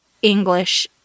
English